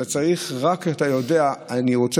ואתה צריך רק כשאתה יודע: אני רוצה